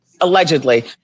Allegedly